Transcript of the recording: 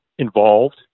involved